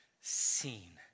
seen